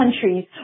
countries